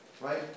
right